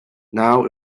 now